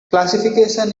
classification